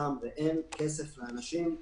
ואין כסף לאנשים.